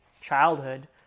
childhood